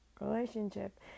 relationship